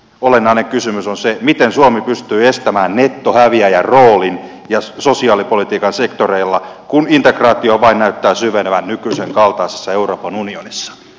olennainen kysymys on se miten suomi pystyy estämään nettohäviäjän roolin sosiaalipolitiikan sektoreilla kun integraatio vain näyttää syvenevän nykyisen kaltaisessa euroopan unionissa